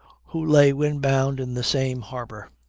who lay wind-bound in the same harbor.